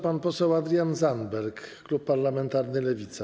Pan poseł Adrian Zandberg, klub parlamentarny Lewica.